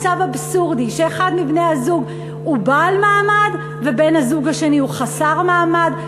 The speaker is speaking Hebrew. מצב אבסורדי שאחד מבני-הזוג הוא בעל מעמד ובן-הזוג השני הוא חסר מעמד,